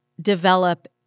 develop